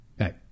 Okay